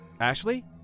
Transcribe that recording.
Ashley